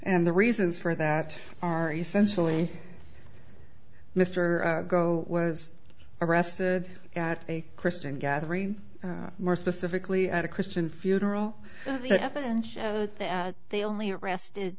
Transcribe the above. and the reasons for that are essentially mr go was arrested at a christian gathering more specifically at a christian funeral and they only arrested